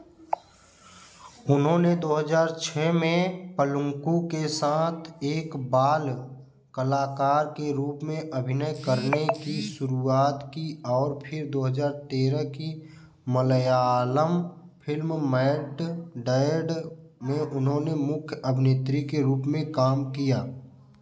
उन्होंने दो हज़ार छः में पलुंकु के साँथ एक बाल कलाकार के रूप में अभिनय करने की शुरुआत की और फिर दो हज़ार तेरह की मलयालम फिल्म मैट डैड में उन्होंने मुख्य अभिनेत्री के रूप में काम किया